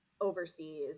overseas